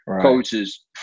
coaches